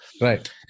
Right